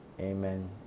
Amen